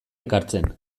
ekartzen